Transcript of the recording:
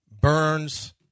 Burns